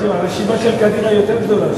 הרשימה של קדימה יותר גדולה,